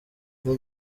ngo